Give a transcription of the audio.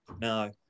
No